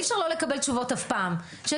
אוקי, סבבה.